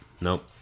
Nope